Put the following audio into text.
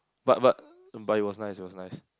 but but but it was nice it was nice